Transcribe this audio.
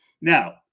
Now